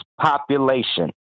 population